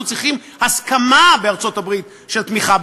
אנחנו צריכים הסכמה בארצות-הברית, של תמיכה.